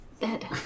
dead